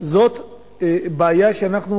זאת בעיה שאנחנו,